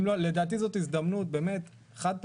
לדעתי זו הזדמנות חד פעמית,